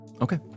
Okay